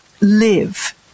live